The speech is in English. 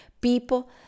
People